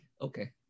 okay